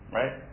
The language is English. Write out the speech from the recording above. right